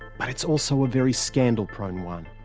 but it's also a very scandal-prone one.